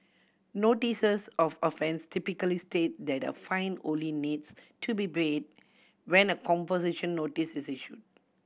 notices of offence typically state that a fine only needs to be paid when a composition notice is issued